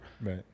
Right